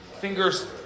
fingers